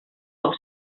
del